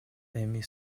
эми